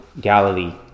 Galilee